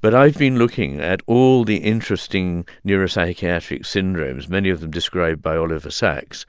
but i've been looking at all the interesting neuropsychiatric syndromes, many of them described by oliver sacks,